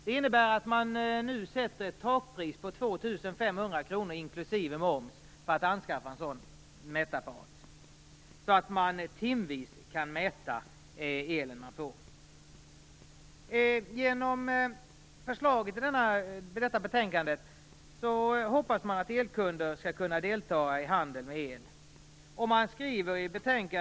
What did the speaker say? Det innebär att det nu sätts ett takpris på 2 500 kr inklusive moms för att anskaffa en sådan mätapparat så att man timvis kan mäta elen.